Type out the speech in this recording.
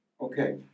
Okay